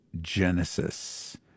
Genesis